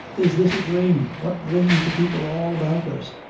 is this a dhrame? what brings the people all about us?